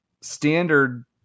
standard